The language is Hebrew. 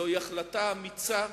זוהי החלטה אמיצה,